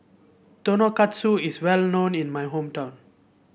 tonkatsu is well known in my hometown